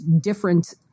different